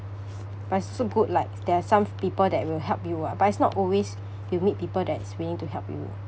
but it's also good like there are some people that will help you ah but it's not always you meet people that's willing to help you